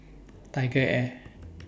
Tiger Air